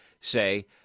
say